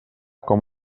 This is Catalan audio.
com